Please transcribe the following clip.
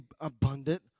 abundant